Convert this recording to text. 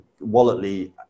walletly